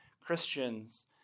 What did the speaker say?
Christians